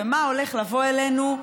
ומה הולך לבוא אלינו?